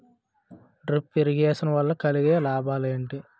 Drip irrigation వల్ల కలిగే లాభాలు ఏంటి?